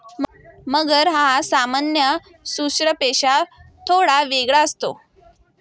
मगर हा सामान्य सुसरपेक्षा थोडा वेगळा असतो